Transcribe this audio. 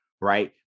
right